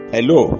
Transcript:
Hello